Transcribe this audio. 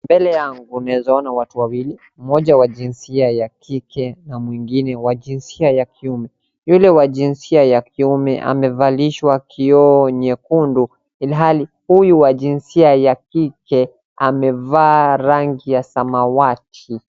Mbele yangu unaweza kuona watu wawili, mmoja wa jinsia ya kike na mwingine wa jinsia ya kiume. Yule wa jinsia ya kiume amevalia kioo chekundu ilhali huyu wa jinsia ya kike amevaa rangi ya samawati